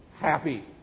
happy